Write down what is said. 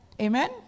amen